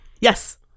Yes